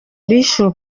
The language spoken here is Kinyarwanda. bishop